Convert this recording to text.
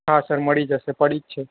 હા સર મળી જશે પડી જ છે